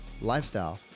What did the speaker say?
lifestyle